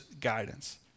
guidance